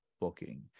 booking